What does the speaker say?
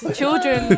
children